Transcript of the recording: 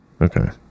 Okay